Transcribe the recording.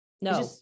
no